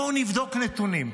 בואו נבדוק נתונים.